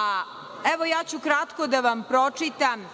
a evo ja ću kratko da vam pročitam